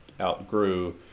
outgrew